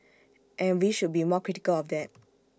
and we should be more critical of that